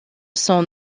son